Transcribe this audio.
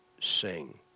sing